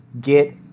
Get